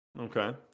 Okay